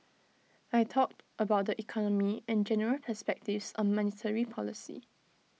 I talked about the economy and general perspectives on monetary policy